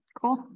cool